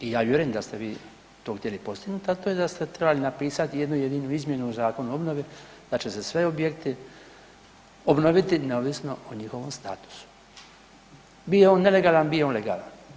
I ja vjerujem da ste to vi htjeli postignuti, ali to je da ste trebali napisati jednu jedinu izmjenu u Zakonu o obnovi da će se svi objekti obnoviti neovisno o njihovom statusu bio on nelegalan, bio on legalan.